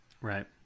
Right